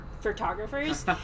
photographers